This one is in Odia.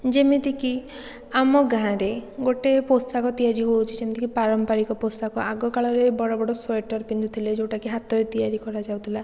ଯେମିତିକି ଆମ ଗାଁରେ ଗୋଟେ ପୋଷାକ ତିଆରି ହେଉଛି ଯେମିତିକି ପାରମ୍ପାରିକ ପୋଷାକ ଆଗକାଳରେ ବଡ଼ ବଡ଼ ସ୍ଵେଟର୍ ପିନ୍ଧୁଥିଲେ ଯେଉଁଟାକି ହାତରେ ତିଆରି କରାଯାଉଥିଲା